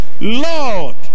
Lord